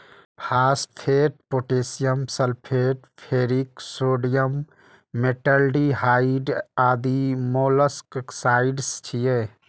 phosphate, potassium sulphate, ferric sodium, metaldehyde आदि molluscicides छियै